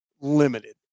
limited